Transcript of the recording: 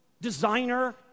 designer